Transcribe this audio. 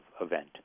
event